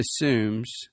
assumes